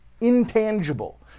intangible